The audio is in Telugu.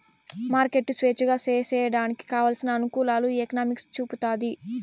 మార్కెట్లు స్వేచ్ఛగా సేసేయడానికి కావలసిన అనుకూలాలు ఈ ఎకనామిక్స్ చూపుతాది